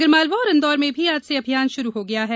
आगरमालवा और इंदौर में भी आज से अभियान श्रू हो गया है